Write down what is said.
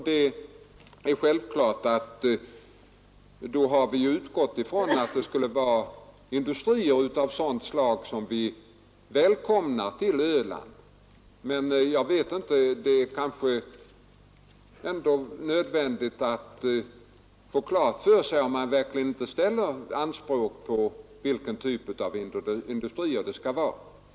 Det är självklart att vi då har utgått ifrån att det är industrier av sådant slag som vi välkomnar till Öland. Men det kanske ändå är nödvändigt att påpeka det, om man verkligen ställer anspråk på att få klart för sig vilken typ av industri det skulle vara.